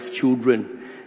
children